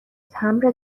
تمبر